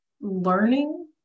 learning